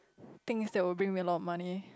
things that will bring me a lot of money